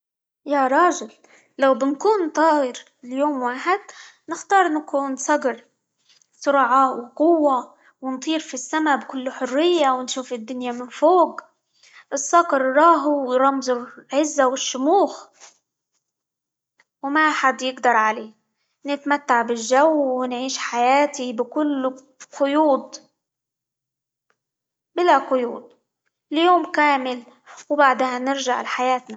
يا راجل لو بنكون طائر ليوم واحد، نختار نكون صقر، سرعة، وقوة، ونطير في السما بكل حرية، ونشوف الدنيا من فوق، الصقر راهو رمز العزة، والشموخ، وما أحد يقدر عليه، نتمتع بالجو، ونعيش حياتي بكل قيود، بلا قيود ليوم كامل، وبعدها نرجع لحياتنا.